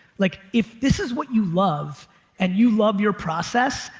like if this is what you love and you love your process.